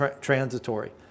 transitory